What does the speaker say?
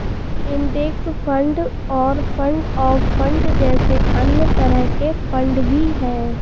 index fund और fund of fund जैसे अन्य तरह के फण्ड भी हैं